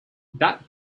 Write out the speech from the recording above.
that